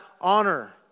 honor